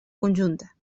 conjunta